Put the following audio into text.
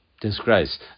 disgrace